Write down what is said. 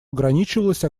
ограничивалось